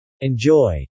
Enjoy